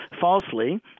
falsely